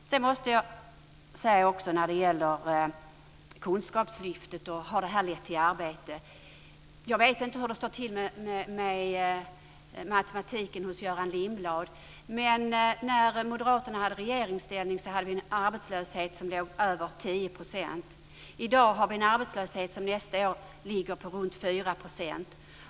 Sedan måste jag få kommentera detta med Kunskapslyftet och om det har lett till några arbeten. Jag vet inte hur det står till med matematiken hos Göran Lindblad. När Moderaterna var i regeringsställning låg arbetslösheten i Sverige på över 10 %. Men nästa år kommer arbetslösheten att ligga runt 4 %.